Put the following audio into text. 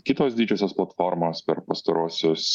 kitos didžiosios platformos per pastaruosius